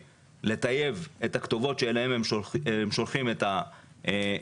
לטייב את הכתובות שאליהן הן שולחות את ההודעות,